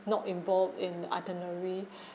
not involved in itinerary